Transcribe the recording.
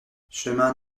chemin